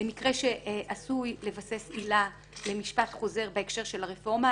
למקרה שעשוי לבסס עילה למשפט חוזר בהקשר של הרפורמה,